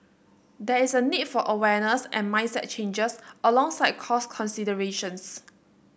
there is a need for awareness and mindset changes alongside cost considerations